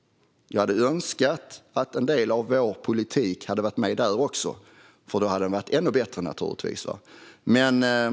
Jag hade önskat att en del av vår politik också hade funnits med, för då hade den naturligtvis varit ännu bättre.